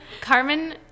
Carmen